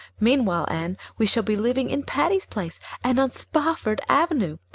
meanwhile, anne, we shall be living in patty's place and on spofford avenue.